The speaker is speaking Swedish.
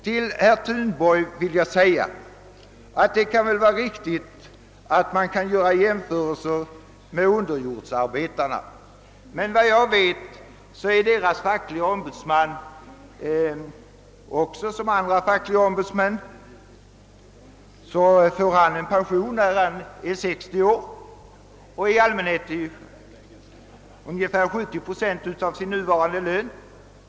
Till herr Thunborg vill jag säga att man visserligen kan göra jämförelser med underjordsarbetarna, men enligt vad jag vet får deras fackliga ombudsman i likhet med andra fackliga ombudsmän en pension när han är 60 år och då får han ungefär 70 procent av utgående lön.